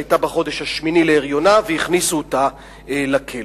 שהיתה בחודש השמיני להריונה והכניסו אותה לכלא.